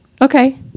Okay